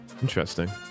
Interesting